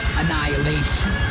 annihilation